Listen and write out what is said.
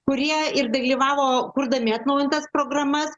kurie ir dalyvavo kurdami atnaujintas programas